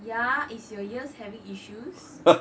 ya is your ears having issues